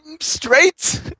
straight